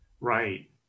Right